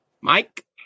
Mike